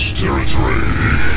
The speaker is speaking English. territory